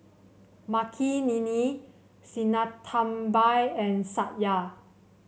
Makineni Sinnathamby and Satya